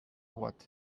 what